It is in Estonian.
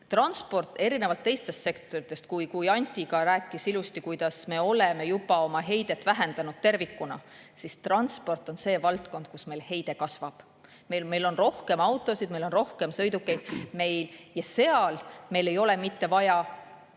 Transport on erinevalt teistest sektoritest – Anti ka rääkis ilusti, kuidas me oleme juba oma heidet tervikuna vähendanud – see valdkond, kus meil heide kasvab. Meil on rohkem autosid, meil on rohkem sõidukeid ja seal meil ei ole mitte vaja